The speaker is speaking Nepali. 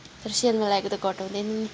तर सेलमा लागेको त घटाउँदैन नि